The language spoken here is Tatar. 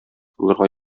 булырга